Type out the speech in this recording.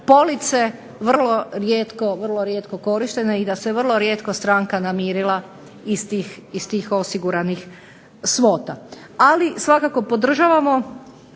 police vrlo rijetko korištene i da se vrlo rijetko stranka namirila iz tih osiguranih svota. Ali svakako podržavamo